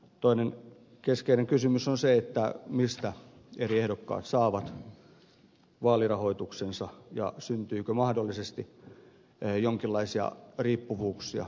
toinen keskeinen kysymys on se mistä eri ehdokkaat saavat vaalirahoituksensa ja syntyykö mahdollisesti jonkinlaisia riippuvuuksia johonkin suuntaan